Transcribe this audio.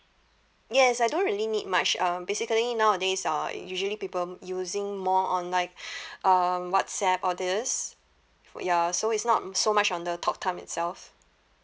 yes I don't really need much uh basically nowadays uh usually people using more on like um WhatsApp all these ya so it's not so much on the talk time itself